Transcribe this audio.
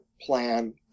plan